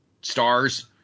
stars